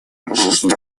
должен